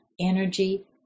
energy